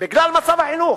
בגלל מצב החינוך,